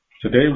Today